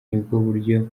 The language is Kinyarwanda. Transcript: buryo